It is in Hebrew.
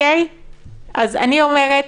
אומרת,